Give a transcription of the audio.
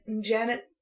Janet